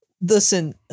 Listen